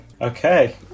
Okay